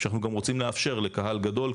שאנחנו גם רוצים לאפשר לקהל גדול,